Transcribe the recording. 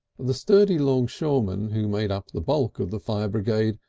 the sturdy longshoremen, who made up the bulk of the fire brigade,